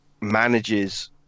manages